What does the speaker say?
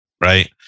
Right